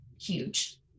huge